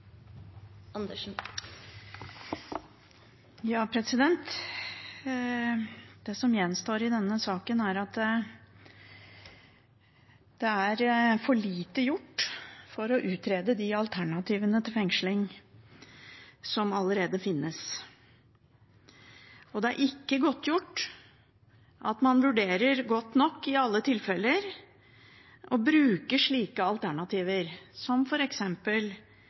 at det er gjort for lite for å utrede de alternativene til fengsling som allerede finnes. Det er ikke godtgjort at man vurderer godt nok i alle tilfeller og bruker slike alternativer, som